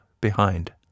behind